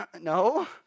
No